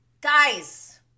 guys